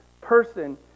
person